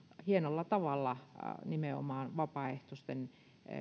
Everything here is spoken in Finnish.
hienolla tavalla nimenomaan vapaaehtoisten